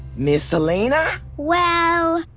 miss elaina? well,